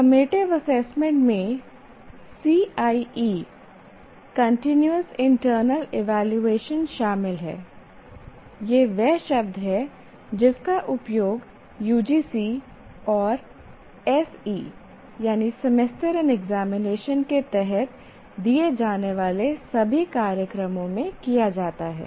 summative assessment में CIE continuous internal evaluation शामिल हैं यह वह शब्द है जिसका उपयोग UGC और SE सेमेस्टर एंड एग्जामिनेशन के तहत दिए जाने वाले सभी कार्यक्रमों में किया जाता है